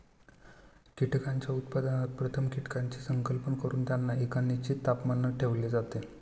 कीटकांच्या उत्पादनात प्रथम कीटकांचे संकलन करून त्यांना एका निश्चित तापमानाला ठेवले जाते